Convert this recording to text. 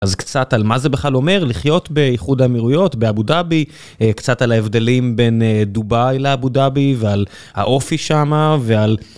אז קצת על מה זה בכלל אומר, לחיות באיחוד אמירויות, באבו דאבי, קצת על ההבדלים בין דובאי לאבו דאבי ועל האופי שם ועל...